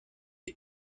les